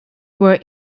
were